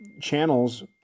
channels